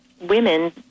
women